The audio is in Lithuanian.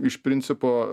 iš principo